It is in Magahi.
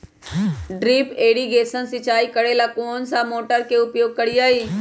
ड्रिप इरीगेशन सिंचाई करेला कौन सा मोटर के उपयोग करियई?